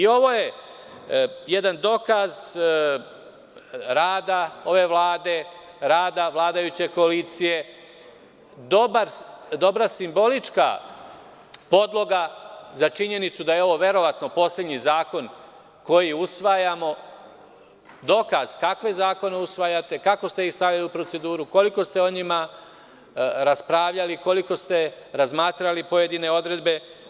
Ovo je jedan dokaz rada ove Vlade, rada vladajuće koalicije, dobra simbolička podloga za činjenicu da je ovo verovatno poslednji zakon koji usvajamo, dokaz kakve zakone usvajate, kako ste ih stavili u proceduru, koliko ste o njima raspravljali, koliko ste razmatrali pojedine odredbe.